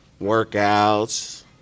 workouts